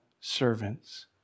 servants